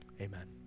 Amen